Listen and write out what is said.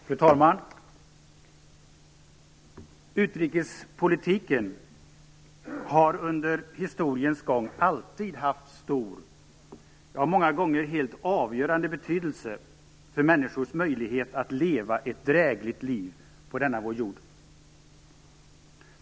Fru talman! Utrikespolitiken har under historiens gång alltid haft stor, ja många gånger helt avgörande, betydelse för människors möjlighet att leva ett drägligt liv på denna vår jord.